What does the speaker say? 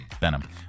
Benham